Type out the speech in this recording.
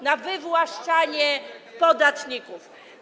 Na wywłaszczanie podatników.